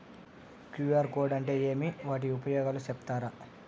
QR code అంటే ఏమి వాటి ఉపయోగాలు సెప్తారా?